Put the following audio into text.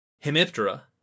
Hemiptera